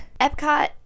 Epcot